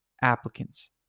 applicants